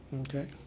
Okay